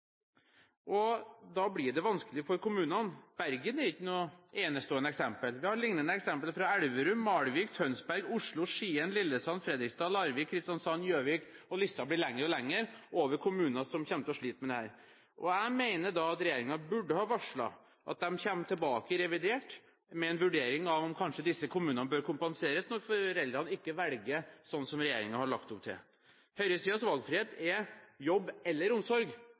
og da blir det vanskelig for kommunene. Bergen er ikke noe enestående eksempel; vi har lignende eksempler fra Elverum, Malvik, Tønsberg, Oslo, Skien, Lillesand, Fredrikstad, Larvik, Kristiansand, Gjøvik – og listen blir lengre og lengre over kommuner som kommer til å slite med dette. Jeg mener regjeringen burde ha varslet at de kommer tilbake i revidert budsjett med en vurdering av om kanskje disse kommunene bør kompenseres når foreldrene ikke velger sånn som regjeringen har lagt opp til. Høyresidens valgfrihet er jobb eller omsorg,